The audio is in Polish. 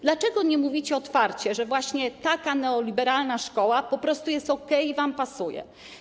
Dlaczego nie mówicie otwarcie, że właśnie taka neoliberalna szkoła po prostu jest okej i wam pasuje?